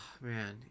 man